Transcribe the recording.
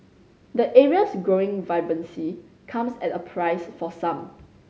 the area's growing vibrancy comes at a price for some